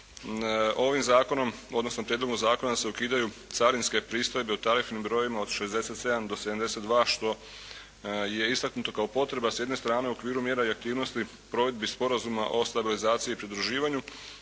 Ovim zakonom, odnosno prijedlogom zakona se ukidaju carinske pristojbe u tarifnim brojevima od 67 do 72 što je istaknuto kao potreba s jedne strane u okviru mjera i aktivnosti provedbi Sporazuma o stabilizaciji i pridruživanju,